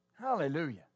Hallelujah